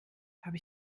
habe